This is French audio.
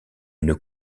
une